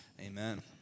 Amen